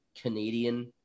Canadian